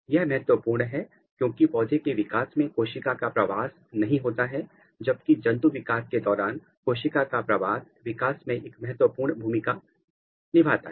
यह महत्वपूर्ण है क्योंकि पौधों के मामले में कोशिका का प्रवास नहीं होता है जबकि जंतु विकास के दौरान कोशिका का प्रवास विकास में एक महत्वपूर्ण भूमिका निभाता है